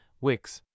Wix